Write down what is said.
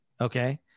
Okay